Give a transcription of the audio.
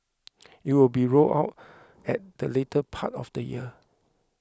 it will be rolled out at the later part of the year